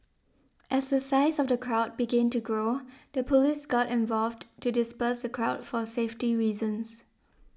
as the size of the crowd began to grow the police got involved to disperse the crowd for safety reasons